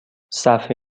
صحفه